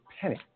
penny